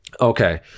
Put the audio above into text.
okay